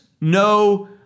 no